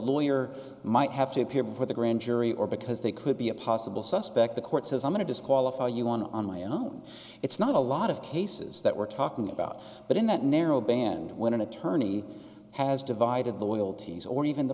lawyer might have to appear before the grand jury or because they could be a possible suspect the court says i'm going to disqualify you on on my own it's not a lot of cases that we're talking about but in that narrow band when an attorney has divided the will tease or even the